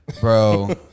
bro